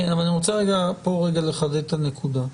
אני רוצה לחדד את הנקודה.